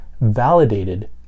validated